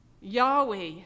Yahweh